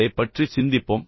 அதைப் பற்றிச் சிந்திப்போம்